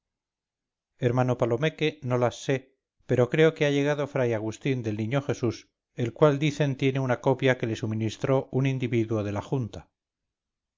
hermano palomeque no las sé pero creo que ha llegado fray agustín del niño jesús el cual dicen tiene una copia que le suministró un individuo de la junta